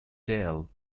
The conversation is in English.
tail